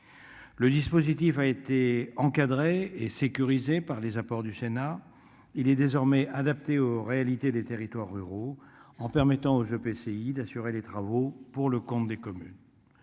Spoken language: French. Le dispositif a été encadré et sécurisé par les apports du Sénat. Il est désormais adapté aux réalités des territoires ruraux en permettant aux EPCI d'assurer les travaux pour le compte des communes.